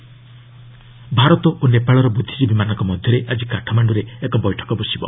India Nepal Bharat ଓ ନେପାଳର ବୁଦ୍ଧିଜୀବୀମାନଙ୍କ ମଧ୍ୟରେ ଆଜି କାଠମାଣ୍ଡୁରେ ଏକ ବୈଠକ ବସିବ